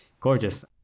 gorgeous